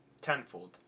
tenfold